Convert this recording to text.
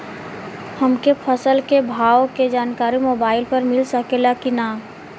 हमके फसल के भाव के जानकारी मोबाइल पर मिल सकेला की ना?